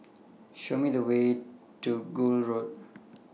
Show Me The Way to Gul Road